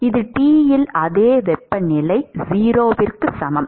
இது T இல் அதே வெப்பநிலை 0 க்கு சமம்